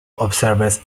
observers